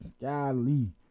golly